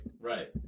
Right